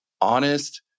honest